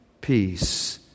Peace